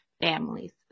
families